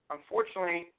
Unfortunately